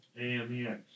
AMEX